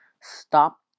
stop